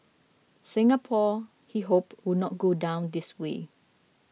Singapore he hoped would not go down this way